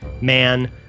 man